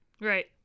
Right